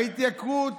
ההתייקרות,